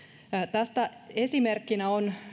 tästä esimerkkinä on